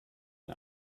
den